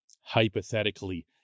hypothetically